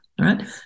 right